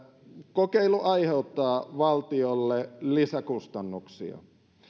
kokeilu aiheuttaa valtiolle lisäkustannuksia